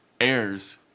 heirs